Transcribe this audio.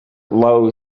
lowe